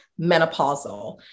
menopausal